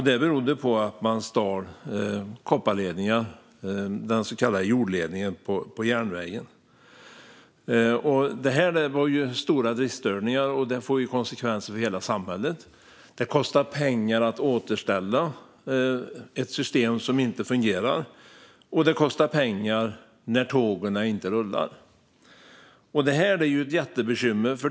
Det berodde på att man stal kopparledningen, den så kallade jordledningen, vid järnvägen. Det blev stora driftsstörningar som fick konsekvenser för hela samhället. Det kostar pengar att återställa ett system som inte fungerar, och det kostar pengar när tågen inte rullar. Det här är ett jättebekymmer.